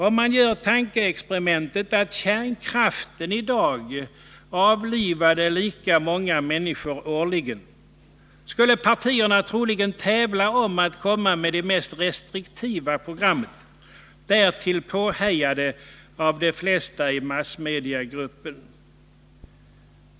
Om man gör tankeexperimentet att kärnkraften i dag avlivade lika många människor årligen, skulle partierna troligen tävla om att komma med det mest restriktiva programmet, därtill påhejade av de flesta i massmediagruppen.